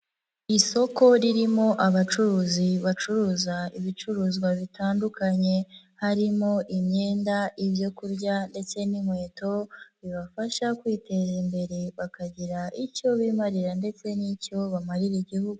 Isoko ririmo abacuruzi bacuruza ibicuruzwa bitandukanye harimo imyenda, ibyo kurya ndetse n'inkweto, bibafasha kwiteza imbere bakagira icyo bimarira ndetse n'icyo bamarira Igihugu.